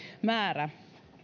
määrä